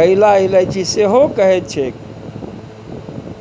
कैला इलायची सेहो कहैत छैक